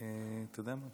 אדוני היושב-ראש,